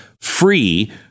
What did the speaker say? free